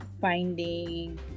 finding